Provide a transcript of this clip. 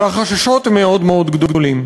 והחששות הם מאוד מאוד גדולים.